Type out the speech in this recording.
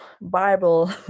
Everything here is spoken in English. Bible